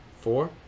four